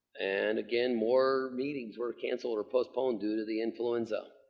and, again, more meetings were cancelled or postponed due to the influenza.